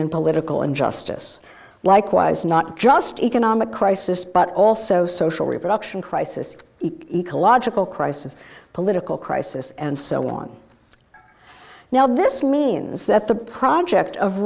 and political injustice likewise not just economic crisis but also social reproduction crisis ecological crisis political crisis and so on now this means that the project of